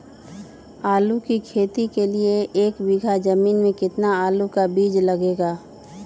आलू की खेती के लिए एक बीघा जमीन में कितना आलू का बीज लगेगा?